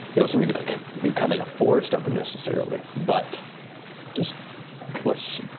you know so and be like becoming a forest of them necessarily, but just less